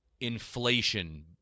inflation